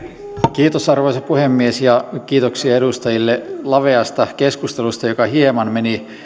kiitos arvoisa puhemies ja kiitoksia edustajille laveasta keskustelusta joka hieman meni